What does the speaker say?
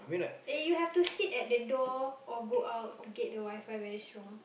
eh you have to sit at the door or go out to get the WiFi very strong